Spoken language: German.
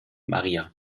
maria